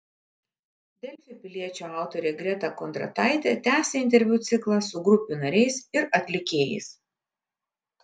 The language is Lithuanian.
delfi piliečio autorė greta kondrataitė tęsia interviu ciklą su grupių nariais ir atlikėjais